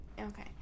Okay